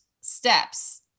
steps